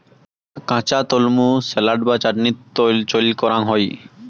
কাঁচা তলমু স্যালাড বা চাটনিত চইল করাং হই